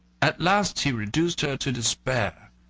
at last he reduced her to despair.